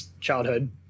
childhood